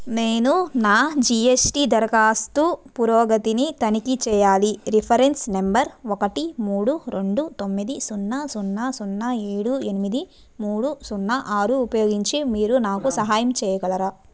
నేను నా G S T దరఖాస్తు పురోగతిని తనిఖీ చెయ్యాలి రిఫరెన్స్ నెంబర్ ఒకటి మూడు రెండు తొమ్మిది సున్నా సున్నా సున్నా ఏడు ఎనిమిది మూడు సున్నా ఆరు ఉపయోగించి మీరు నాకు సహాయం చేయగలరా